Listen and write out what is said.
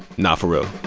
nah, for real